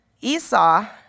Esau